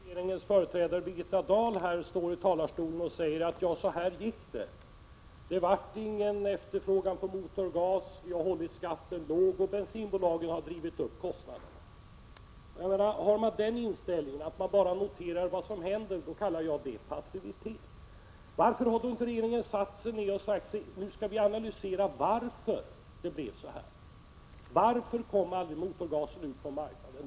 Herr talman! Det är riktigt att jag anklagar regeringen för passivitet. Jag gör det därför att regeringens företrädare Birgitta Dahl här sade: Ja, så här gick det — det blev ingen efterfrågan på motorgas. Vi har hållit skatten låg, och bensinbolagen har drivit upp kostnaden. Den inställningen — att man bara noterar vad som händer — kallar jag passivitet. Varför har inte regeringen satt sig ned och analyserat varför det blev så här? Varför kom aldrig motorgasen ut på marknaden?